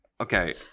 Okay